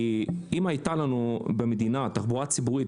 אם הייתה לנו במדינה תחבורה ציבורית,